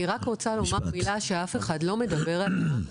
אני רק רוצה לומר מילה שאף אחד לא מדבר עליה.